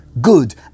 good